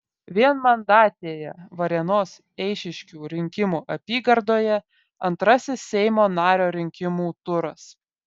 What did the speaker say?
vienmandatėje varėnos eišiškių rinkimų apygardoje antrasis seimo nario rinkimų turas